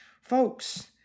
Folks